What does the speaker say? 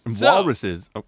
walruses